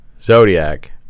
Zodiac